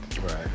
right